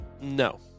No